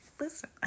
Listen